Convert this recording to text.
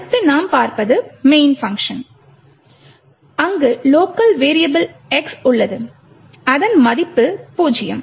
அடுத்து நாம் பார்ப்பது main பங்க்ஷன் அங்கு லோக்கல் வெரியபுள் x உள்ளது அதன் மதிப்பு 0